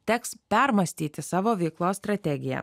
teks permąstyti savo veiklos strategiją